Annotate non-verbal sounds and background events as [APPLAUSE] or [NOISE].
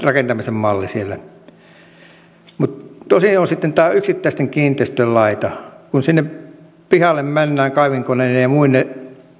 [UNINTELLIGIBLE] rakentamisen malli siellä mutta tosiaan on sitten tämä yksittäisten kiinteistöjen laita kun sinne pihalle mennään kaivinkoneineen ja muineen